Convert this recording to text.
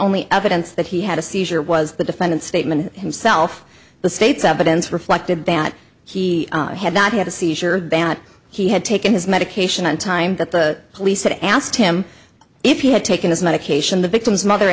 only evidence that he had a seizure was the defendant statement himself the state's evidence reflected that he had not had a seizure he had taken his medication on time that the police had asked him if he had taken his medication the victim's mother